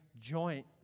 joint